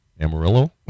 Amarillo